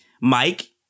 Mike